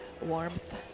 warmth